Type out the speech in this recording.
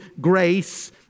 grace